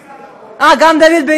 גם דוד ביטן פה.